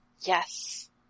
Yes